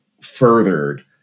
furthered